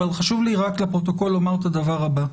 אבל חשוב לי רק לפרוטוקול לומר את הדבר הבא.